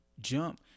jump